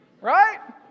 right